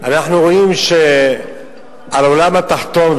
אנחנו רואים שעל העולם התחתון,